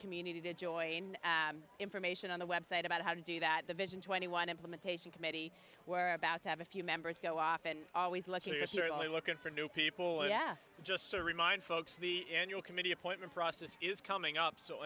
community to joy and information on the website about how to do that the vision twenty one implementation committee where about to have a few members go off and always let you're certainly looking for new people yeah just to remind folks the annual committee appointment process is coming up so